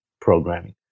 programming